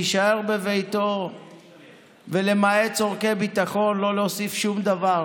להישאר בביתו ולמעט צורכי ביטחון לא להוסיף שום דבר